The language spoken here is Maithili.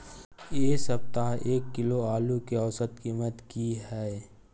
ऐ सप्ताह एक किलोग्राम आलू के औसत कीमत कि हय?